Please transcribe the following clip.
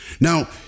Now